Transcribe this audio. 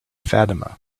fatima